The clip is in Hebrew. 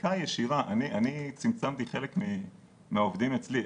אני צמצמתי חלק מהעובדים אצלי,